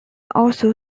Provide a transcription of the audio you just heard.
also